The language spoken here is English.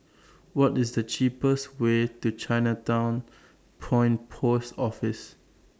What IS The cheapest Way to Chinatown Point Post Office